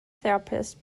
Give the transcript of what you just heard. therapist